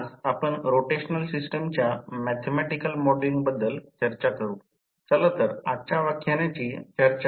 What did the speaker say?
ion loss आणि copper loss संपूर्ण भाराने शोधा